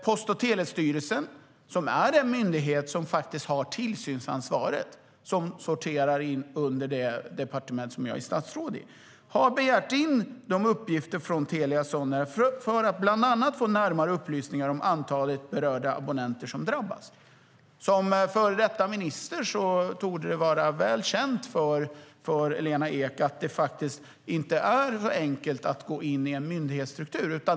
Post och telestyrelsen, som är den myndighet som har tillsynsansvaret och som sorterar under det departement som jag är statsråd i, har begärt in uppgifter från Telia Sonera för att bland annat få närmare upplysningar om antalet berörda abonnenter som drabbas. Som före detta minister torde det vara väl känt för Lena Ek att det inte är så enkelt att gå in i en myndighetsstruktur.